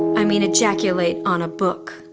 i mean ejaculate on a book.